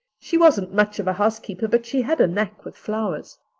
she wasn't much of a housekeeper but she had a knack with flowers.